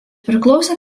priklausė